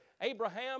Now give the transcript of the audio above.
Abraham